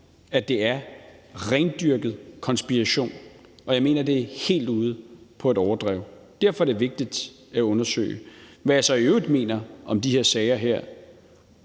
at det er rendyrket konspiration, og jeg mener, det er helt ud på et overdrev. Derfor er det vigtigt at undersøge. Hvad jeg så i øvrigt mener om de her sager,